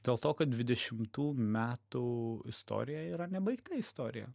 dėl to kad dvidešimtų metų istorija yra nebaigta istorija